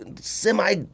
semi